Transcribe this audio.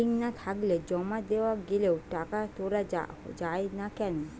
Link না থাকলে জমা দেওয়া গেলেও টাকা তোলা য়ায় না কেন?